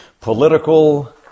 Political